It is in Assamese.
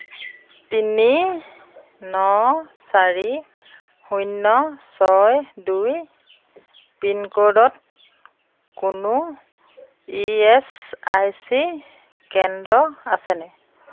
তিনি ন চাৰি শূন্য ছয় দুই পিনক'ডত কোনো ই এছ আই চি কেন্দ্র আছেনে